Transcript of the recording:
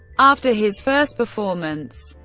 after his first performance,